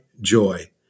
joy